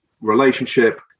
relationship